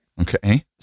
Okay